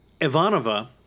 Ivanova